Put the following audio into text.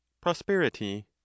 prosperity